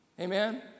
Amen